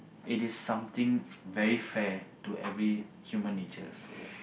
it is something very fair to every human nature so ya